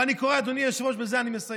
ואני קורא, אדוני היושב-ראש, ובזה אני מסיים,